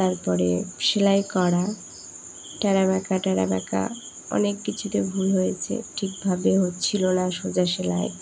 তারপরে সেলাই করা ট্যাড়াব্যাকা ট্যাড়াব্যাকা অনেক কিছুতে ভুল হয়েছে ঠিকভাবে হচ্ছিলো না সোজা সেলাই